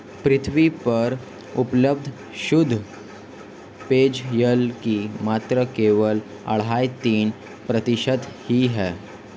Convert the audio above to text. पृथ्वी पर उपलब्ध शुद्ध पेजयल की मात्रा केवल अढ़ाई तीन प्रतिशत ही है